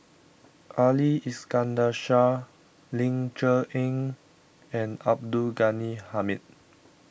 Ali Iskandar Shah Ling Cher Eng and Abdul Ghani Hamid